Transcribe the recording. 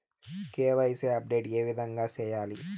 KYC update ఏ విధంగా సేయాలి?